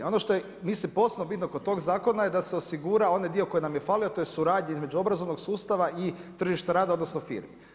Ono što mislim posebno bitno kod tog zakona, da se osigura onaj dio koji nam je falio, a to je suradnja između obrazovanog sustava i tržišta rada, odnosno, firmi.